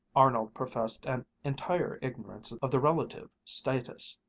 arnold professed an entire ignorance of the relative status.